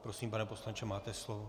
Prosím, pane poslanče, máte slovo.